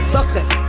Success